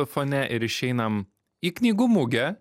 fone ir išeinam į knygų mugę